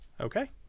Okay